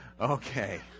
Okay